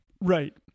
Right